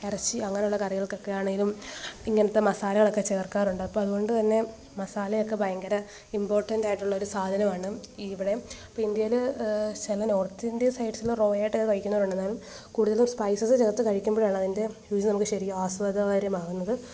ഇറച്ചി അങ്ങനെയുള്ള കറികൾകൊക്കെയാണെങ്കിലും ഇങ്ങനത്തെ മസാലകളൊക്കെ ചേർക്കാറുണ്ട് അപ്പം അതുകൊണ്ട് തന്നെ മസാലയൊക്കെ ഭയങ്കര ഇമ്പോട്ടൻ്റ് ആയിട്ടുള്ള ഒരു സാധനമാണ് ഈ ഇവിടെ അപ്പോൾ ഇന്ത്യയിൽ ചില നോർത്ത് ഇന്ത്യൻ സൈഡ്സിൽ റോ ആയിട്ടൊക്കെ കഴിക്കുന്നവരുണ്ട് എന്നാലും കൂടുതലും സ്പൈസസ് ചേർത്ത് കഴിക്കുമ്പോഴാണ് അതിന്റെ രുചി നമുക്ക് ശരിക്കും ആസ്വാദ്യകരമാകുന്നത്